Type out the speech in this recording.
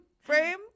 frame